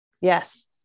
Yes